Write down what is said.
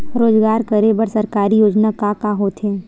रोजगार करे बर सरकारी योजना का का होथे?